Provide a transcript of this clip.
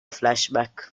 flashback